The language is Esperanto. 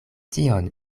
tion